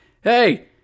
hey